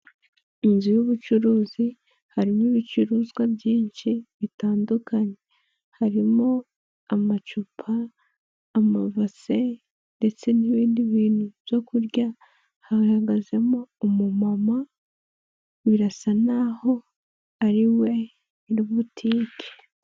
Inzu y'ubucuruzi harimo ibicuruzwa byinshi bitandukanye harimo amacupa, amabase ndetse n'ibindi bintu byo kurya, hahagazemo umumama birasa naho ariwe nyiributike.